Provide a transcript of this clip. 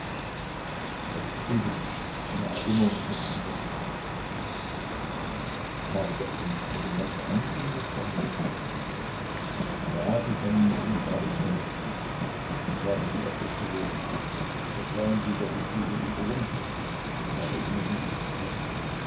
falk grübelte eine erinnerung schoß ihm durch den kopf ich habe gestern in dem restaurant mit ihnen gesprochen ja sie kennen mich nicht aber ich kenne sie ich habe sie öfters gesehen verzeihen sie daß ich sie so überrumple aber ich muß mit ihnen sprechen